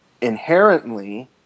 inherently